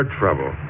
trouble